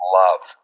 love